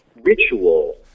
ritual